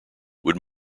would